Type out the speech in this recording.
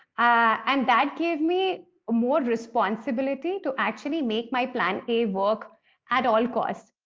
and that gave me more responsibility to actually make my plan a work at all costs.